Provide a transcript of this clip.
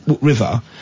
river